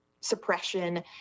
suppression